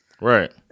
Right